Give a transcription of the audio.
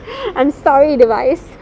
I'm sorry device